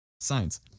science